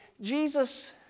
Jesus